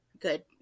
good